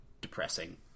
depressing